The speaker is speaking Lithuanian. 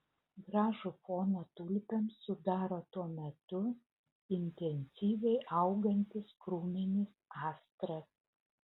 gražų foną tulpėms sudaro tuo metu intensyviai augantis krūminis astras